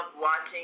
watching